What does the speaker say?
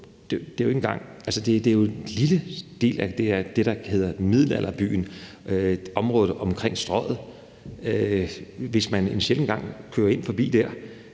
der er jo tale om en lille del af byen, i det, der hedder middelalderbyen, området omkring Strøget. Hvis man en sjælden gang kører ind forbi,